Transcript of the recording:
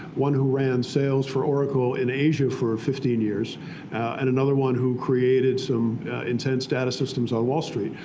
one who ran sales for oracle in asia for fifteen years and another one who created some intense data systems on wall street.